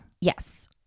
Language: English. Yes